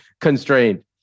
constrained